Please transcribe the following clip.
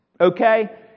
okay